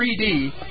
3D